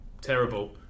terrible